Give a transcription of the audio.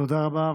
תודה רבה,